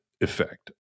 effect